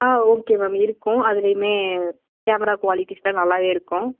ஆ okay ma'am இருக்கும் அதுலேயுமே camera க்வாலிட்டிஸெலாம் நல்லாவே இருக்கும்